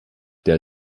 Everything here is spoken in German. der